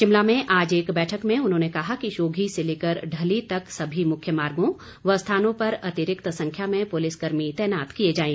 शिमला में आज एक बैठक में उन्होंने कहा कि शोधी से लेकर ढली तक सभी मुख्य मार्गों व स्थानों पर अतिरिक्त संख्या में पुलिस कर्मी तैनात किए जाएं